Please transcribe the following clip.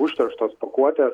užterštos pakuotės